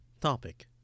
Topic